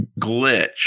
glitch